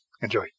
Enjoy